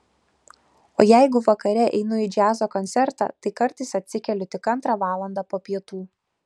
o jeigu vakare einu į džiazo koncertą tai kartais atsikeliu tik antrą valandą po pietų